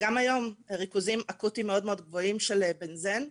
גם היום יש ריכוזים אקוטיים מאוד גבוהים של בנזן.